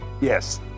Yes